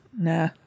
Nah